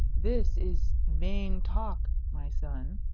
this is vain talk, my son,